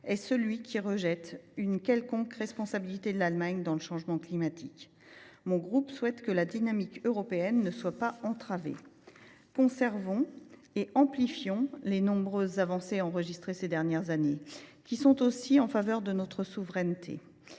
est celui qui rejette toute responsabilité de l’Allemagne dans le changement climatique. Le groupe RDPI souhaite que la dynamique européenne ne soit pas entravée. Conservons et amplifions les nombreuses avancées enregistrées ces dernières années, qui sont aussi en faveur de notre souveraineté.